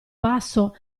passo